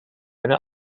eine